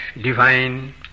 divine